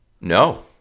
No